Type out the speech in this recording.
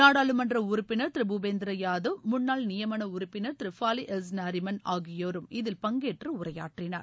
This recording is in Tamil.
நாடாளுமன்ற உறுப்பினர் திரு பூபேந்திர யாதவ் முன்னாள் நியமன உறுப்பினர் திரு ஃபாலி எஸ் நாரிமன் ஆகியோரும் இதில் பங்கேற்று உரையாற்றினர்